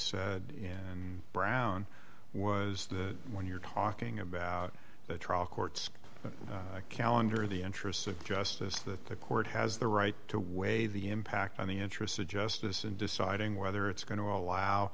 in brown was that when you're talking about the trial courts calendar the interests of justice that the court has the right to weigh the impact on the interests of justice in deciding whether it's going to allow